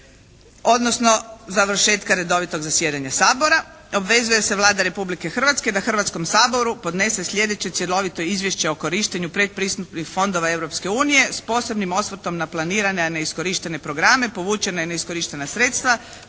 odnosno završetka redovitog zasjedanja Sabora. Obvezuje se Vlada Republike Hrvatske da Hrvatskom saboru podnese sljedeće cjelovito izvješće o korištenju predpristupnih fondova Europske unije s posebnim osvrtom na planirane a neiskorištene programe, povučena a neiskorištena sredstva